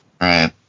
Right